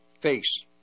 face